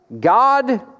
God